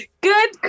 Good